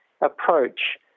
approach